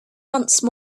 once